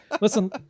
listen